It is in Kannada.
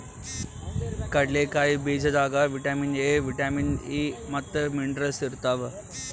ಕಡ್ಲಿಕಾಯಿ ಬೀಜದಾಗ್ ವಿಟಮಿನ್ ಎ, ವಿಟಮಿನ್ ಇ ಮತ್ತ್ ಮಿನರಲ್ಸ್ ಇರ್ತವ್